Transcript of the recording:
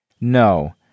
No